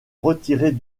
retirer